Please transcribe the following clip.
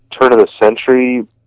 turn-of-the-century